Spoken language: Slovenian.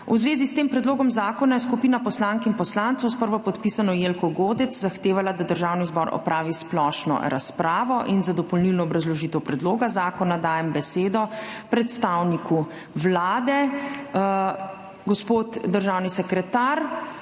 V zvezi s tem predlogom zakona je skupina poslank in poslancev s prvopodpisano Jelko Godec zahtevala, da Državni zbor opravi splošno razpravo. Za dopolnilno obrazložitev predloga zakona dajem besedo predstavniku Vlade. Gospod državni sekretar,